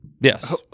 yes